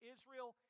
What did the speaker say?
Israel